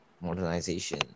modernization